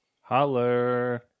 holler